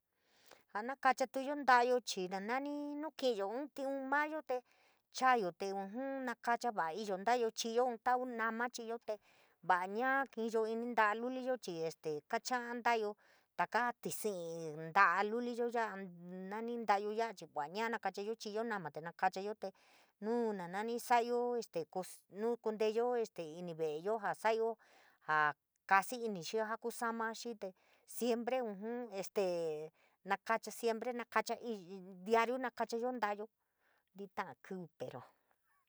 Ja nakachatuyo nta’ayo chii nani nuu ki’iyo inn tiun mayo te chaayo te ujun nokacha va ‘a iyo nta’ayo chi’iyo inn ta’a luliyo chii este kachaa nta’ayo taka tísí nta’a luliyo ya’a nani ntayo ya’a chii vaa ñaa na kachayo chi’iyo noma te nakachayo te nuu nanani so’ayo este nukunteeyo este ini ve’eyo jaa sa’ayo jas kasi ini xii jaa ku saana xii te siempre ujun este nokacha siempre naa kacha diariu nakachayo nta’ayo ntita’a kiuu pero.